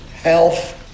health